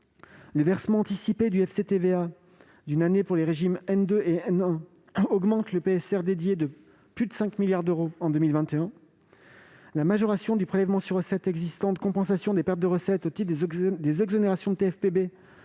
Les versements anticipés du FCTVA d'une année pour les régimes et augmentent le prélèvement sur recettes (PSR) dédié de plus de 5 milliards d'euros en 2021. La majoration du prélèvement sur recettes existantes, compensation des pertes de recettes au titre des exonérations de taxe